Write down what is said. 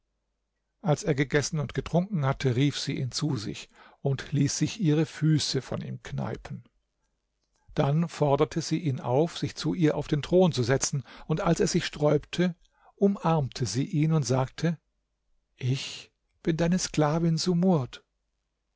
als er gegessen und getrunken hatte rief sie ihn zu sich und ließ sich ihre füße von ihm kneipen dann forderte sie ihn auf sich zu ihr auf den thron zu setzen und als er sich sträubte umarmte sie ihn und sagte ich bin deine sklavin sumurd